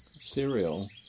cereal